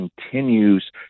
continues